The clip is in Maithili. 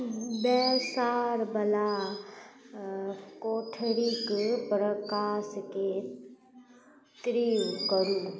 बैसारवला कोठरीके प्रकाशके तीव्र करू